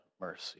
mercy